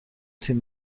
تیم